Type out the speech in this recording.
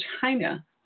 China